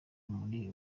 muri